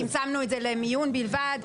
צמצמנו את זה למיון בלבד.